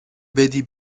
بدی